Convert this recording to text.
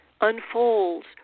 unfolds